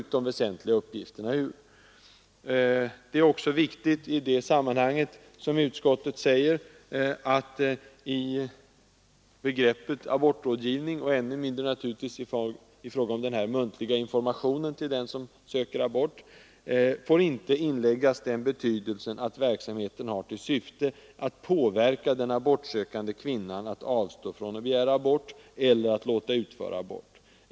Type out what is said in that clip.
I det sammanhanget är det också väsentligt, vilket utskottet understryker, att begreppet abortrådgivning — och det gäller naturligtvis ännu mer i fråga om den muntliga informationen — inte får ges den betydelsen, att verksamheten har till syfte att påverka den abortsökande kvinnan till att avstå från att begära abort eller till att låta utföra abort.